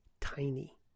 tiny